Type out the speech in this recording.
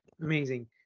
Amazing